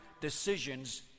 decisions